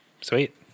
Sweet